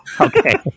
Okay